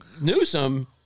Newsom